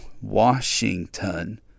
Washington